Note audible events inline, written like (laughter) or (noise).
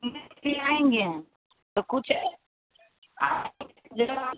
जी (unintelligible) भी आएँगे तो कुछ (unintelligible)